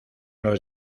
los